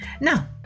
Now